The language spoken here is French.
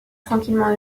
tranquillement